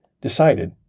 Decided